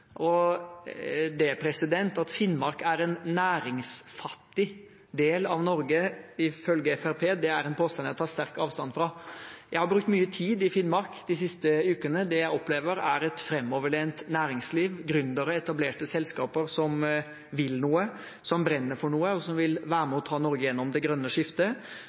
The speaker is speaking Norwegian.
At Finnmark er en næringsfattig del av Norge, ifølge Fremskrittspartiet, er en påstand jeg tar sterkt avstand fra. Jeg har brukt mye tid i Finnmark de siste ukene, og det jeg har opplevd, er et framoverlent næringsliv, gründere og etablerte selskaper som vil noe, som brenner for noe, og som vil være med og ta Norge gjennom det grønne skiftet,